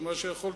מה,